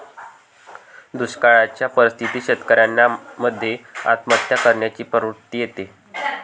दुष्काळयाच्या परिस्थितीत शेतकऱ्यान मध्ये आत्महत्या करण्याची प्रवृत्ति येते